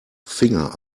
finger